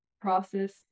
process